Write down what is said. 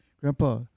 Grandpa